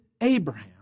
Abraham